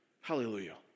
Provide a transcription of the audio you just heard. Hallelujah